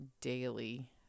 daily